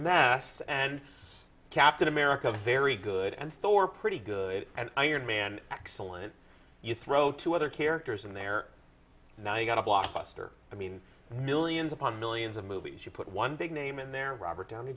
mess and captain america very good and thor pretty good and iron man excellent you throw two other characters in there now you've got a blockbuster i mean millions upon millions of movies you put one big name in there robert downey